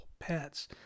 pets